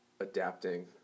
adapting